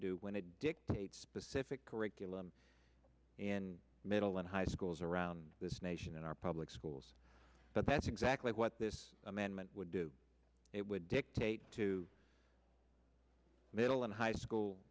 do when it dictates specific curriculum in middle and high schools around this nation in our public schools but that's exactly what this amendment would do it would dictate to middle and high school